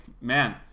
man